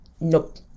nope